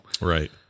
right